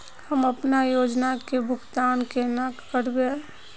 हम अपना योजना के भुगतान केना करबे?